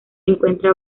encuentra